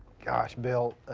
gosh, billi